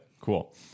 Cool